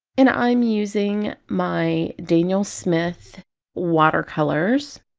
and i'm using my daniel smith watercolors.